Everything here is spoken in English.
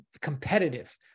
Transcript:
competitive